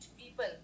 people